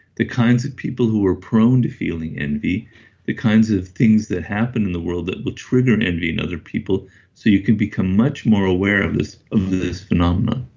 the kinds of people who are prone to feeling envy the kinds of things that happen in the world that would trigger envy in other people so you can become much more aware of this of this phenomenon